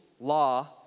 law